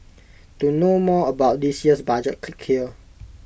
to know more about this year's budget click here